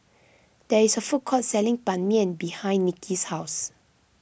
there is a food court selling Ban Mian behind Niki's house